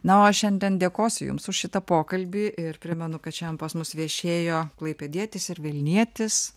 na o šiandien dėkosiu jums už šitą pokalbį ir primenu kad šiandien pas mus viešėjo klaipėdietis ir vilnietis